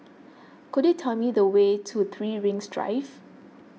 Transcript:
could you tell me the way to three Rings Drive